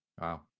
Wow